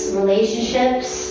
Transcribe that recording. relationships